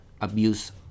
abuse